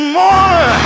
more